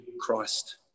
Christ